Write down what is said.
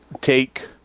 take